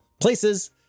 places